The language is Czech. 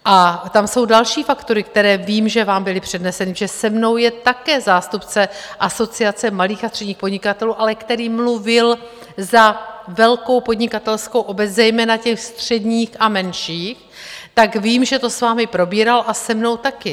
A tam jsou další faktory, které vím, že vám byly předneseny, protože se mnou je také zástupce Asociace malých a středních podnikatelů, ale který mluvil za velkou podnikatelskou obec, zejména těch středních a menších, tak vím, že to s vámi probíral a se mnou také.